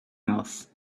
else